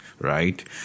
right